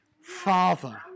Father